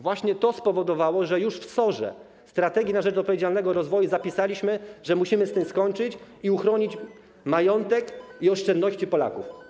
Właśnie to spowodowało, że już w SOR-ze, „Strategii na rzecz odpowiedzialnego rozwoju”, zapisaliśmy że musimy z tym skończyć i uchronić majątek i oszczędności Polaków.